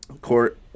court